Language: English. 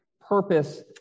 purpose